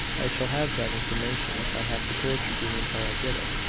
i shall have that information if i have to torture you until i get it!